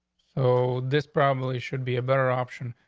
so this probably should be a better option,